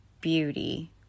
beauty